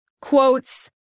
quotes